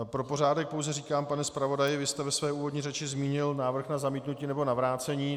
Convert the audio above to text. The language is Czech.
Pro pořádek pouze říkám, pane zpravodaji, vy jste ve své úvodní řeči zmínil návrh na zamítnutí nebo na vrácení.